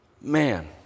man